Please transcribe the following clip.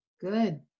Good